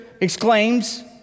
exclaims